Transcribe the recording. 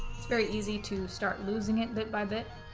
it's very easy to start losing it bit by bit